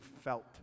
felt